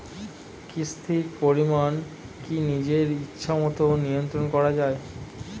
কিস্তির পরিমাণ কি নিজের ইচ্ছামত নিয়ন্ত্রণ করা যায়?